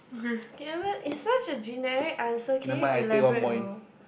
is such a generic answer can you elaborate more